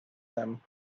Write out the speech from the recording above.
them